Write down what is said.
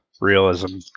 realism